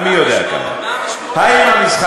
המי-יודע-כמה, מה המשמעות הכלכלית של זה?